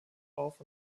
auf